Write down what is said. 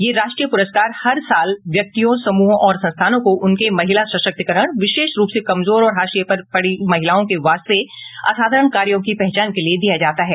यह राष्ट्रीय पुरस्कार हर साल व्यक्तियों समूहों और संस्थानों को उनके महिला सशक्तीकरण विशेष रूप से कमजोर और हाशिए पर पड़ी महिलाओं के वास्ते असाधारण कार्यो की पहचान के लिए दिया जाता है